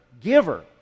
giver